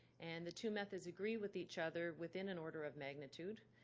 and the two methods agree with each other within an order of magnitude.